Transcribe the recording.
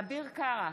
אביר קארה,